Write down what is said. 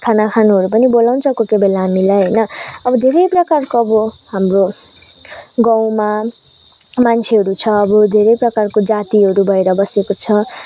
खाना खानुहरू पनि बोलाउँछ कोही कोही बेला हामीलाई होइन अब धेरै प्रकारको अब हाम्रो गाउँमा मान्छेहरू छ अब धेरै प्रकारको जातिहरू भएर बसेको छ